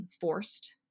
forced